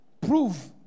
Prove